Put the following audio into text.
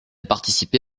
participé